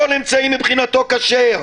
כל אמצעי מבחינתו כשר.